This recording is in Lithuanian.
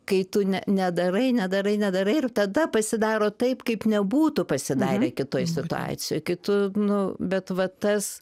kai tu ne nedarai nedarai nedarai ir tada pasidaro taip kaip nebūtų pasidarę kitoj situacijoj kai tu nu bet va tas